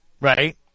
right